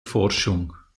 forschung